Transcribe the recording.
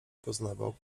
poznawał